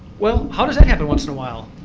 well how does that happen once in a while?